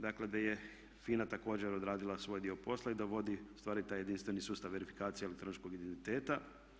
Dakle, gdje je FINA također odradila svoj dio posla i da vodi ustvari taj jedinstveni sustav verifikacije elektroničkog identiteta.